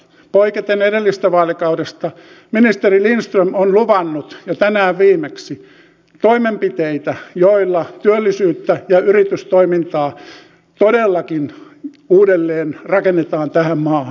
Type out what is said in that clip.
mutta poiketen edellisestä vaalikaudesta ministeri lindström on luvannut ja tänään viimeksi toimenpiteitä joilla työllisyyttä ja yritystoimintaa todellakin uudelleen rakennetaan tähän maahan